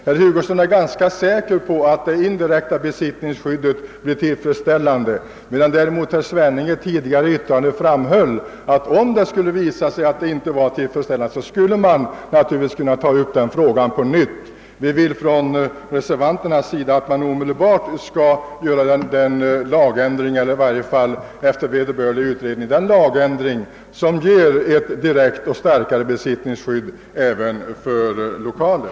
Herr Hugosson är ganska säker på att det indirekta besittningsskyddet blir tillfredsställande, medan herr Svenning däremot i ett tidigare yttrande framhöll, att om det skulle visa sig att det inte blir tillfredsställande, skulle man kunna ta upp frågan på nytt. Vi reservanter önskar att man snarast möjligt efter vederbörlig utredning skall genomföra en lagändring som ger ett direkt och starkare besittningsskydd även för lokaler.